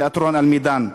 תיאטרון "אל-מידאן".